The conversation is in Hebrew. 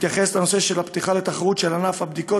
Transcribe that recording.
הנושא של הפתיחה לתחרות של ענף הבדיקות,